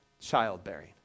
childbearing